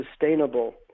sustainable